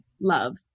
love